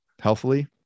healthily